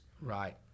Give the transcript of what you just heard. Right